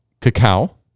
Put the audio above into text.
Cacao